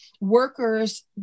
workers